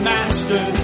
Master